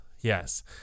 yes